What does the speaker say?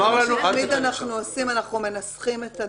שירי: קודם אמרתי עבירה של ידיעה שעלולה להיות